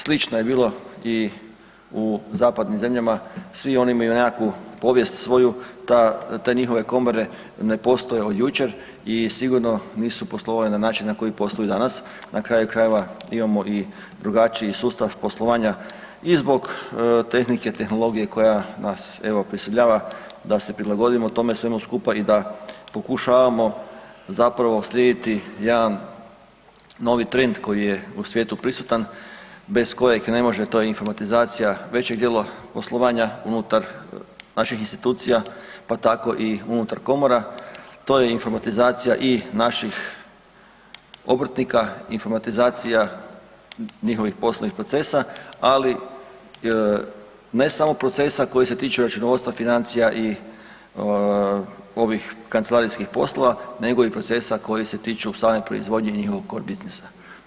Slično je bilo i u zapadnim zemljama, svi oni imaju nekakvu povijest svoju, te njihove komore ne postoje od jučer i sigurno nisu poslovale na način na koji posluju danas, na kraju krajeva, imamo i drugačiji sustav poslovanja i zbog tehnike, tehnologije koja nas evo prisiljava da se prilagodimo tome svemu skupa i da pokušavamo zapravo slijediti jedan novi trend koji je u svijetu prisutan, bez kojeg ne može, to je informatizacija većeg djela poslovanja unutar naših institucija pa tako i unutar komora, to je informatizacija i naših obrtnika, informatizacija njihovih poslovnih procesa ali ne samo procesa koji se tiču računovodstva, financija i ovih kancelarijskih poslova nego i procesa koji se tiče stvaranje proizvodnje i njihovog core biznisa.